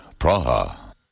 Praha. (